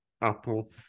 Apple